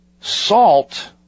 salt